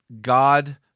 God